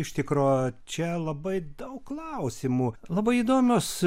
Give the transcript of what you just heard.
iš tikro čia labai daug klausimų labai įdomios